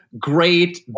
great